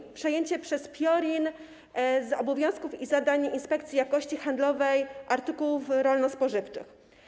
Mowa o przejęciu przez PIORiN obowiązków i zdań Inspekcji Jakości Handlowej Artykułów Rolno-Spożywczych.